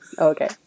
Okay